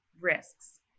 risks